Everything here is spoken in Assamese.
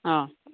অঁ